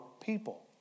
people